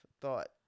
thought